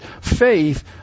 faith